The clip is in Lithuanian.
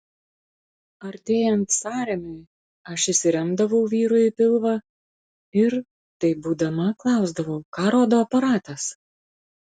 artėjant sąrėmiui aš įsiremdavau vyrui į pilvą ir taip būdama klausdavau ką rodo aparatas